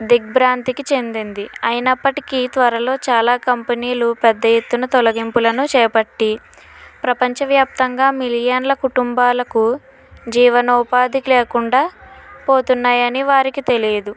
దిగ్బ్రాంతికి చెందింది అయినప్పటికీ త్వరలో చాలా కంపెనీలు పెద్ద ఎత్తున తొలగింపులను చేపట్టి ప్రపంచవ్యాప్తంగా మిలియన్ల కుటుంబాలకు జీవనోపాధి లేకుండా పోతున్నాయని వారికి తెలీదు